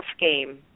game